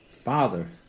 Father